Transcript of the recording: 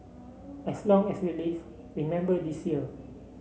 as long as we live remember this year